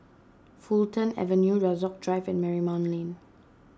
Fulton Avenue Rasok Drive and Marymount Lane